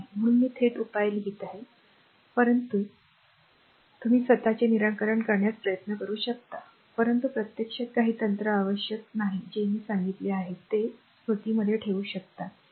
म्हणून मी थेट उपाय लिहित आहे परंतु जर इच्छित असेल तर r स्वतःचे निराकरण करण्याचा प्रयत्न करू शकतो परंतु प्रत्यक्षात काही तंत्र आवश्यक नाही जे मी सांगितले आहे ते r स्मृतीमध्ये ठेवू शकते